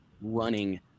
running